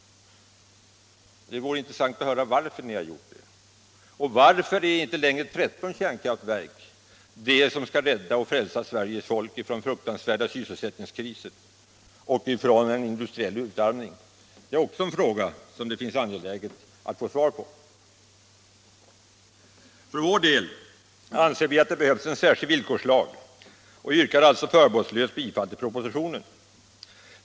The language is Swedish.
Det vore intressant att höra varför ni har gjort det. Och varför är inte längre 13 kärnkraftverk det medel som skall rädda och frälsa Sveriges folk från fruktansvärda sysselsättningskriser och från industriell utarmning som ni hävdade så sent som i valrörelsen? Också det är en fråga som det är angeläget att få svar på. För vår del anser vi att det behövs en särskild villkorslag och yrkar alltså förbehållslöst bifall till propositionen.